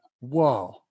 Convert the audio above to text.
whoa